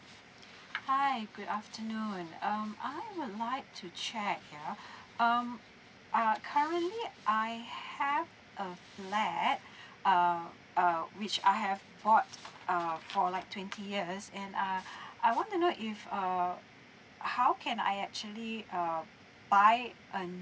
hi good afternoon um I would like to check ya um uh currently I have a flat uh uh which I have bought uh for like twenty years and uh I want to know if err how can I actually uh buy a